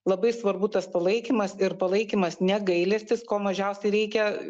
labai svarbu tas palaikymas ir palaikymas ne gailestis ko mažiausiai reikia